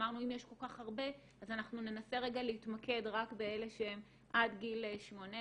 אמרנו שאם יש כל כך הרבה אז אנחנו ננסה רגע להתמקד רק באלה שהם עד גיל 18,